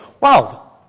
wow